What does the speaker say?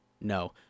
No